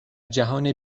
جهان